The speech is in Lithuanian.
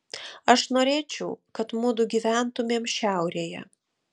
aš norėčiau kad mudu gyventumėm šiaurėje